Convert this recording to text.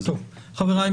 חבריי,